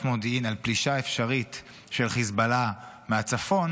מודיעין על פלישה אפשרית של חיזבאללה מהצפון,